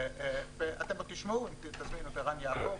אתם עוד תשמעו אם תזמינו את ערן יעקב,